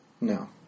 No